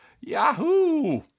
Yahoo